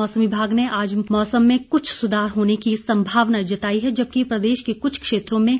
मौसम विभाग ने आज मौसम में कुछ सुधार होने की संभावना जताई है जबकि प्रदेश के कुछ क्षेत्रों में